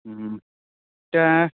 তো